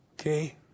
Okay